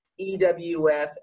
EWF